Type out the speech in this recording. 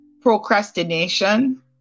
procrastination